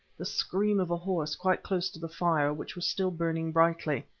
the scream of a horse, quite close to the fire, which was still burning brightly.